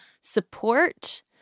support